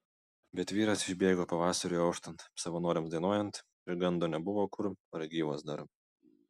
bet vyras išbėgo pavasariui auštant savanoriams dainuojant ir gando nebuvo kur ar gyvas dar